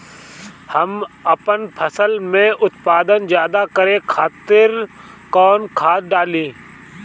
हम आपन फसल में उत्पादन ज्यदा करे खातिर कौन खाद डाली?